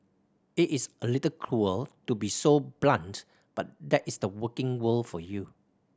it is a little cruel to be so blunt but that is the working world for you